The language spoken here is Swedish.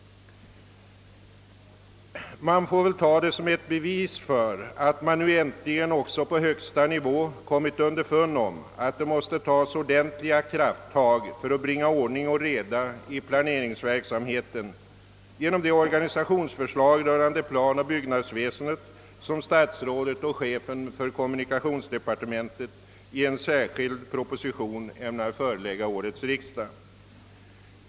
Vi får väl betrakta det som ett bevis för att man nu äntligen också på högsta nivå har kommit underfund med att det måste tas krafttag för att bringa ordning och reda i planeringsverksamheten genom det organisationsförslag rörande planoch byggnadsväsendet som statsrådet och chefen för kommunikationsdepartementet i en särskild proposition ämnar förelägga årets riksdag.